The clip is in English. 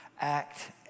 act